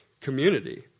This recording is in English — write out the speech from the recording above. community